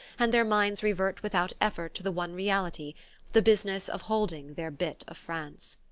and their minds revert without effort to the one reality the business of holding their bit of france.